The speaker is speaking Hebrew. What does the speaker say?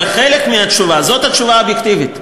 אבל חלק מהתשובה, זאת התשובה האובייקטיבית,